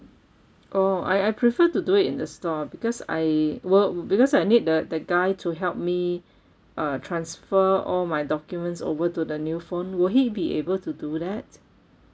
oh I I prefer to do it in the store because I wo~ because I need the the guy to help me uh transfer all my documents over to the new phone will he be able to do that